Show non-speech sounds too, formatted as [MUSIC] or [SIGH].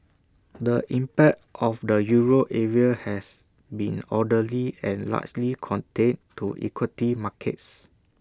[NOISE] the impact of the euro area has been orderly and largely contained to equity markets